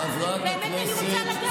באמת אני רוצה לדעת.